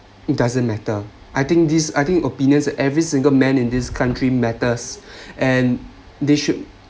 it doesn't matter I think these I think opinions every single man in this country matters and they should